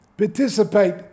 Participate